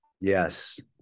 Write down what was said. yes